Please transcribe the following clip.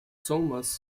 somers